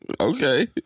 Okay